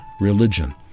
religion